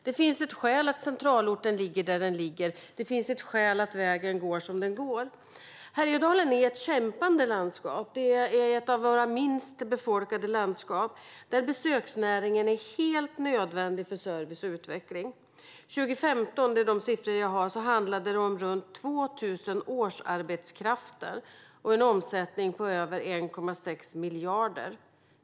Det finns ett skäl till att centralorten ligger där den ligger, och det finns ett skäl till att vägen går som den går. Härjedalen är ett kämpande landskap och ett av våra minst befolkade landskap. Besöksnäringen är helt nödvändig för service och utveckling. År 2015 - det är de siffror jag har - handlade det om runt 2 000 årsarbetskrafter och en omsättning på över 1,6 miljarder.